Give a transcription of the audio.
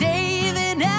David